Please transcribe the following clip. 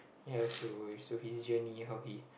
ya so so his journey how he